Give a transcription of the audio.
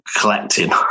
collecting